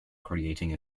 creating